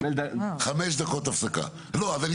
השנייה.